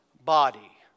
body